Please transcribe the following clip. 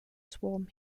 swarm